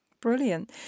brilliant